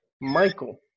Michael